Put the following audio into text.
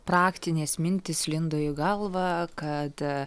praktinės mintys lindo į galvą kad